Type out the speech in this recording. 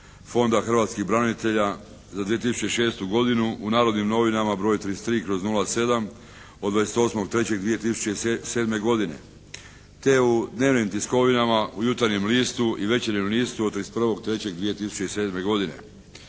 Fonda hrvatskih branitelja za 2006. godinu u "Narodnim novinama" broj 33/07 od 28.3.2007. godine, te u dnevnim tiskovinama, u "Jutarnjem listu" i "Večernjem listu" od 31.3.2007. godine.